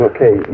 Okay